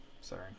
Sorry